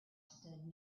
stood